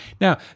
Now